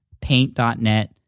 Paint.net